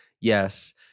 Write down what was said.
yes